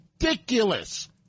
Ridiculous